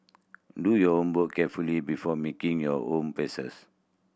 do your homework carefully before making your home